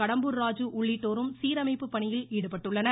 கடம்பூர் ராஜு உள்ளிட்டோரும் சீரமைப்பு பணியில் ஈடுபட்டுள்ளனர்